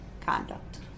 conduct